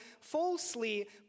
falsely